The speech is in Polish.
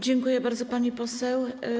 Dziękuję bardzo, pani poseł.